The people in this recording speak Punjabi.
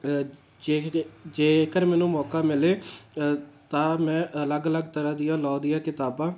ਜੇਕਰ ਮੈਨੂੰ ਮੌਕਾ ਮਿਲੇ ਤਾਂ ਮੈਂ ਅਲੱਗ ਅਲੱਗ ਤਰ੍ਹਾਂ ਦੀਆਂ ਲੋਅ ਦੀਆਂ ਕਿਤਾਬਾਂ